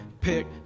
pick